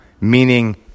meaning